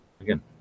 again